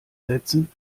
sätzen